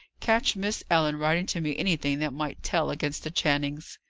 catch miss ellen writing to me anything that might tell against the channings.